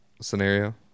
scenario